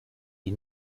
die